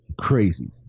crazy